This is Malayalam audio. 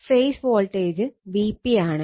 ഫേസ് വോൾട്ടേജ് Vp ആണ്